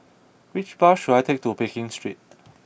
which bus should I take to Pekin Street